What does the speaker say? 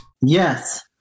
Yes